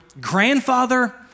grandfather